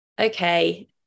okay